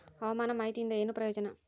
ಹವಾಮಾನ ಮಾಹಿತಿಯಿಂದ ಏನು ಪ್ರಯೋಜನ?